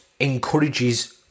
encourages